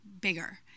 bigger